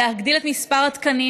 להגדיל את מספר התקנים,